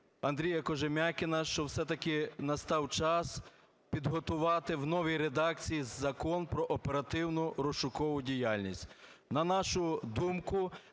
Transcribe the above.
Андрія Кожем'якіна, що все-таки настав час підготувати в новій редакції Закон "Про оперативно-розшукову діяльність". На нашу думку,